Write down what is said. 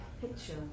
picture